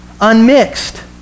unmixed